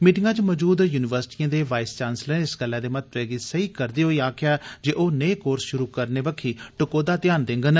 meeting च मजूद य्निवर्सिटियें दे वाइस चांसलरें इस गल्लै दे महत्व गी सेइ करदे होई आक्खेया जे ओ नेह कोर्स शुरु करने बक्खी टकोहदा ध्यान देगंन